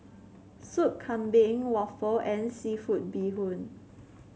Soup Kambing Waffle and seafood Bee Hoon